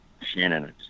shannon